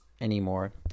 anymore